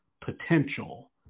potential